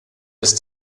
ist